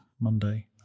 Monday